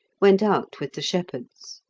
went out with the shepherds.